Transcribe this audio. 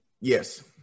Yes